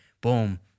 boom